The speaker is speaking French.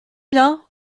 bien